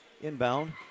inbound